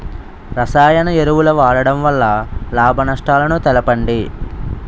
రసాయన ఎరువుల వాడకం వల్ల లాభ నష్టాలను తెలపండి?